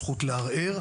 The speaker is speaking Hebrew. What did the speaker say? זכות לערער.